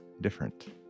different